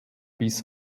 bis